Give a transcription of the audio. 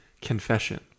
confession